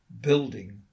building